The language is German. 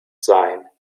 sein